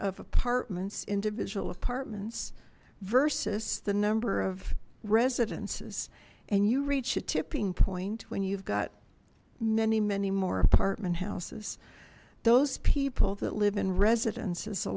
of apartments individual apartments versus the number of residences and you reach a tipping point when you've got many many more apartment houses those people that live in residence